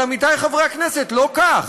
אבל עמיתיי חברי הכנסת, לא כך.